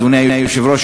אדוני היושב-ראש,